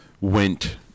went